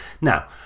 Now